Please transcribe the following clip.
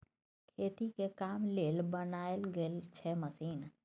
खेती के काम लेल बनाएल गेल छै मशीन